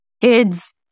Kids